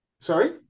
Sorry